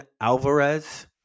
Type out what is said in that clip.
Alvarez